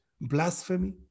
blasphemy